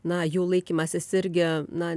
na jų laikymasis irgi na